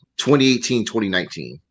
2018-2019